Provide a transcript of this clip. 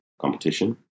competition